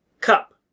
Cup